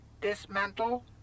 Dismantle